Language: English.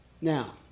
Now